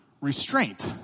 restraint